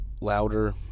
louder